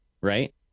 right